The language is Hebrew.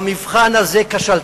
במבחן הזה כשלתם.